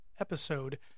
episode